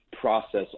process